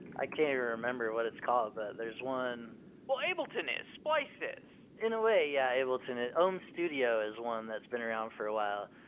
i can't even remember what it's called, but there is one ableton is. splice is. in a way, yeah, ableton ah ohm studio is one that's been around for a while.